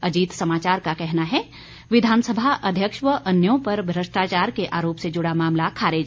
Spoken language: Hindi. अजीत समाचार का कहना है विधानसभा अध्यक्ष व अन्यों पर भ्रष्टाचार के आरोप से जुड़ा मामला खारिज